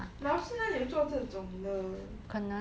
老师哪里有做这种的